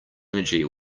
energy